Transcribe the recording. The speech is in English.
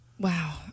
Wow